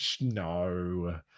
No